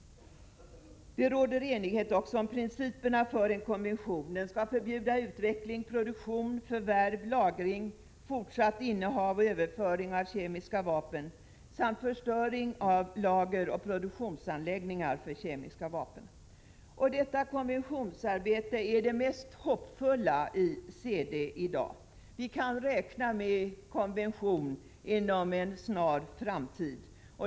Det råder enighet också om principerna för en konvention. Den skall förbjuda utveckling, produktion, förvärv, lagring, fortsatt innehav och överföring av kemiska vapen samt förstöring av lager och produktionsanläggningar för kemiska vapen. Detta konventionsarbete är det mest hoppfulla inom CD i dag. Vi kan räkna med en konvention inom en snar framtid.